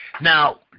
Now